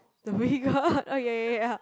dhoby Ghaut oh ya ya